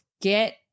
get